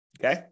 Okay